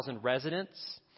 residents